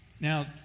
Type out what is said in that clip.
Now